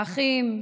האחים,